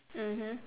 mmhmm